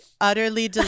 utterly